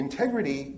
Integrity